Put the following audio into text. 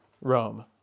Rome